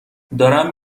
دارم